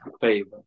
favor